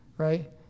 right